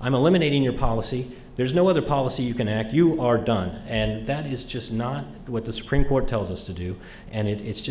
i'm eliminating your policy there's no other policy you can act you are done and that is just not what the supreme court tells us to do and it's just